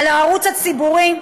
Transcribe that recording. על הערוץ הציבורי,